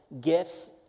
gifts